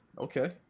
Okay